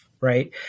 right